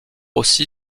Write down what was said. aussi